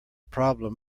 problem